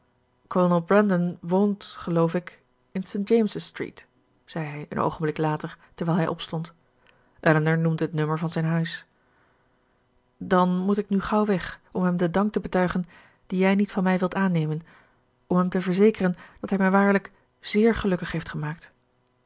woont geloof ik in st james's street zei hij een oogenblik later terwijl hij opstond elinor noemde het nummer van zijn huis dan moet ik nu gauw weg om hem den dank te betuigen dien jij niet van mij wilt aannemen om hem te verzekeren dat hij mij waarlijk zéér gelukkig heeft gemaakt